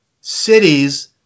cities